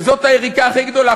וזו היריקה הכי גדולה.